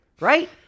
right